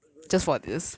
helium balloons